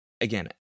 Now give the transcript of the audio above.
Again